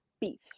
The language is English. beef